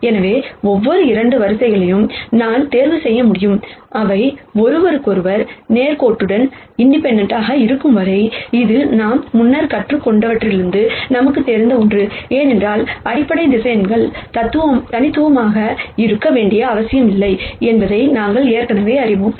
எனவே எந்தவொரு 2 காலம்கள் நான் தேர்வுசெய்ய முடியும் அவை ஒன்றுக்கு ஒன்று லீனியர் இண்டிபெண்டெண்ட் இருக்கும் வரை இது நாம் முன்னர் கற்றுக்கொண்டவற்றிலிருந்து நமக்குத் தெரிந்த ஒன்று ஏனென்றால் அடிப்படை வெக்டர்ஸ் தனித்துவமாக இருக்க வேண்டிய அவசியமில்லை என்பதை நாங்கள் ஏற்கனவே அறிவோம்